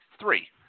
three